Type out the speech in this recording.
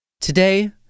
Today